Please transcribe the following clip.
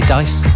Dice